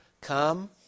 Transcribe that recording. come